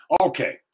Okay